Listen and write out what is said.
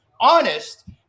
honest